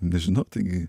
nežinau taigi